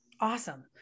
Awesome